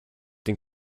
den